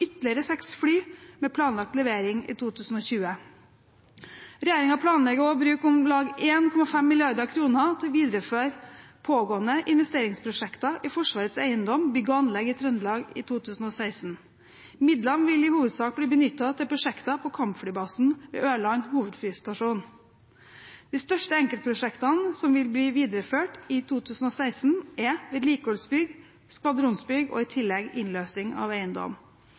ytterligere seks fly med planlagt levering i 2020. Regjeringen planlegger også å bruke om lag 1,5 mrd. kr til å videreføre pågående investeringsprosjekter i Forsvarets eiendom, bygg og anlegg i Trøndelag i 2016. Midlene vil i hovedsak bli benyttet til prosjekter på kampflybasen ved Ørland hovedflystasjon. De største enkeltprosjektene som vil bli videreført i 2016, er vedlikeholdsbygg, skvadronsbygg og i tillegg innløsing av eiendom.